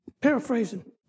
Paraphrasing